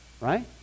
right